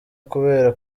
kubera